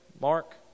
Mark